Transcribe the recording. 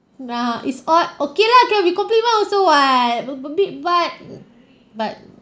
nah it's odd okay lah okay we compliment also [what] bu~ bu~ big butt but